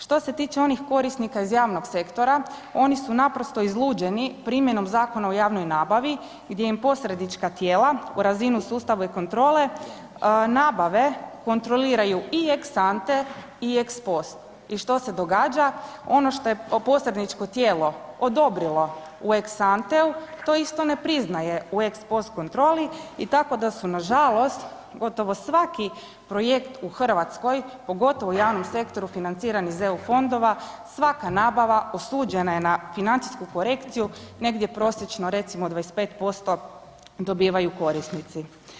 Što se tiče onih korisnika iz javnog sektora oni su naprosto izluđeni primjenom Zakona o javnoj nabavi gdje im posrednička tijela u razinu sustava i kontrole nabave, kontroliraju i ex ante i ex post i što se događa, ono što je posredničko tijelo odobrilo u ex anteu, to isto ne priznaje u ex post kontroli i tako da su nažalost gotovo svaki projekt u Hrvatskoj, pogotovo u javnom sektoru financiran iz EU fondova, svaka nabava osuđena je na financijsku korekciju negdje prosječno recimo 25% dobivaju poreznici.